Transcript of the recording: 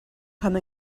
come